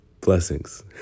Blessings